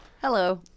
Hello